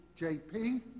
JP